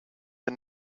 the